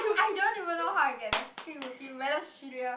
I don't even know how I get the feel with you